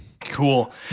Cool